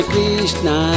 Krishna